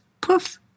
poof